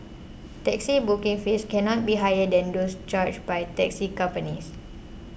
taxi booking fees cannot be higher than those charged by taxi companies